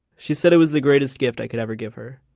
she said it was the greatest gift i could ever give her.